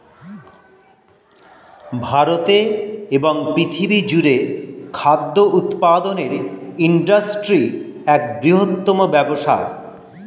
ভারতে এবং পৃথিবী জুড়ে খাদ্য উৎপাদনের ইন্ডাস্ট্রি এক বৃহত্তম ব্যবসা